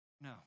No